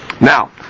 Now